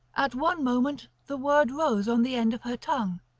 at one moment the word rose on the end of her tongue,